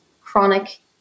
chronic